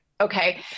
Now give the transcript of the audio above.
okay